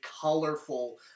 colorful